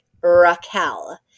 Raquel